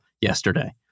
yesterday